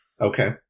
Okay